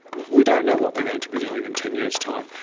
we don't know what they're going to be doing in ten years time,